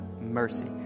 mercy